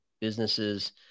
businesses